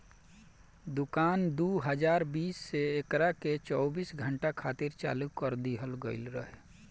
दुकान दू हज़ार बीस से एकरा के चौबीस घंटा खातिर चालू कर दीहल गईल रहे